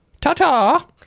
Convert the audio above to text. Ta-ta